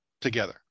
together